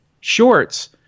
shorts